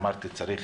אמרתי שצריך